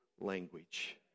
language